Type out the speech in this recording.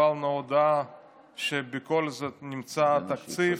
קיבלנו הודעה שבכל זאת נמצא תקציב